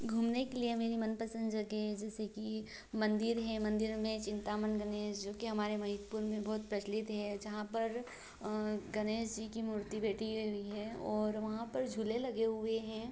घूमने के लिए मेरी मनपसंद जगह जैसे कि मंदिर हें मंदिर में चिन्तामन गणेश जो कि हमारे महितपूर में बहुत प्रचलित है जहाँ पर गणेश जी की मूर्ति बेटिएं हुई हैं और वहाँ पर झूले लगे हुए हें